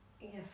Yes